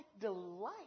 delight